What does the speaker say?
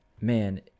man